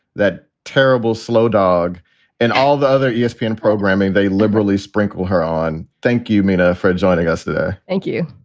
that terrible slow dog and all the other espn programming they liberally sprinkle her on thank you, mina, for joining us today. thank you